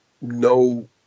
no